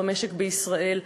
במשק בישראל.